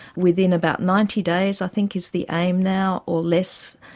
within about ninety days i think is the aim now, or less,